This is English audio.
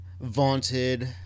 vaunted